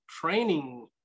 training